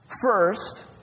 First